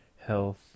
Health